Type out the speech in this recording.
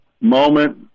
moment